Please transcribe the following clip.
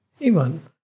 Ivan